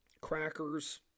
crackers